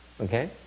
Okay